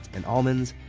and almonds,